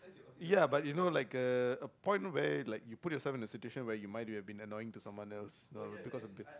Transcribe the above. ya but you know like a a point where like you put yourself in the situation where you might have be annoying so someone else uh because of